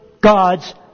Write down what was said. God's